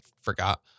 forgot